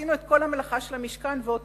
עשינו את כל המלאכה של המשכן והותרנו.